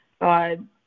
God